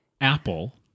apple